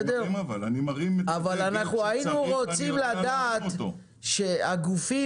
אבל אנחנו היינו רוצים לדעת שהגופים